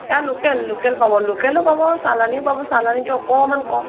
এইয়া local local পাব লোকেলো পাব চালানিও পাব চালানিতো অকণমান কম